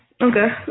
Okay